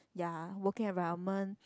ya working environment